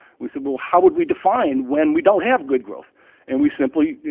we said, well how would we define when we don't have good growth and we simply,